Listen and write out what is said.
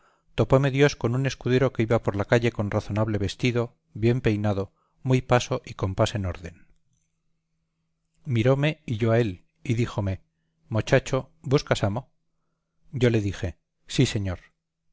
topóme dios con un escudero que iba por la calle con razonable vestido bien peinado su paso y compás en orden miróme y yo a él y díjome mochacho buscas amo yo le dije sí señor